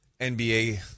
NBA